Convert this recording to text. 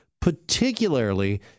particularly